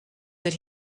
that